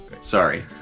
sorry